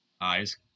eyes